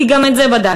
כי גם את זה בדקתי.